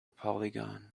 polygon